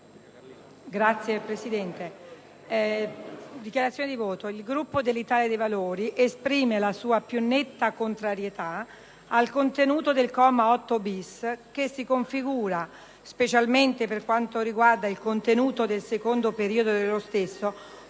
Il Gruppo dell'Italia dei Valori esprime la sua più netta contrarietà al contenuto del presente comma 8-*bis*, che si configura, specialmente per quanto concerne il contenuto del secondo periodo dello stesso,